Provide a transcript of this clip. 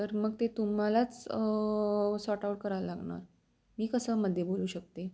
तर मग ते तुम्हालाच सॉर्ट आऊट करावं लागणार मी कसं मध्ये बोलू शकते